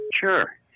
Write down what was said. Sure